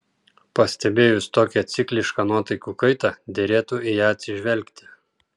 pastebėjus tokią ciklišką nuotaikų kaitą derėtų į ją atsižvelgti